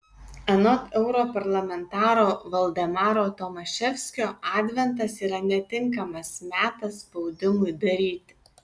anot europarlamentaro valdemaro tomaševskio adventas yra netinkamas metas spaudimui daryti